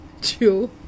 Chew